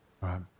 right